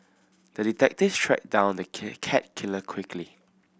the detective tracked down the kit cat killer quickly